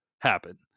happen